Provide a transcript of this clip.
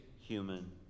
human